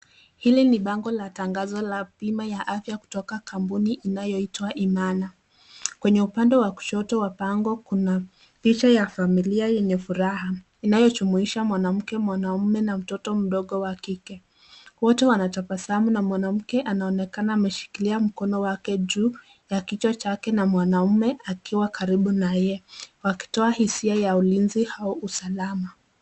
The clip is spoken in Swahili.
Hili bango la tangazo la bima ya afya kutoka kampuni inayoitwa Imana kwenye upande wa kushoto wa bango kuna picha ya familia yenye furaha inayojumuisha mwanamke mwanaume na mtoto mdogo wa kike. Wote wanatabasamu na mwanamke anaonekana ameshikilia mkono wake juu ya kichwa chake na mwanaume akiwa karibu na yeye wakitoa hisia ya ulinzi au usalama.